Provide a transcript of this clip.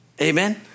Amen